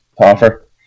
offer